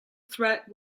threat